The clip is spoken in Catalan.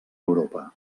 europa